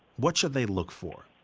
what should they look for?